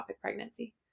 pregnancy